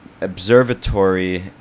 observatory